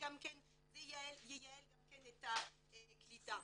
זה ייעל גם כן את הקליטה.